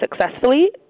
successfully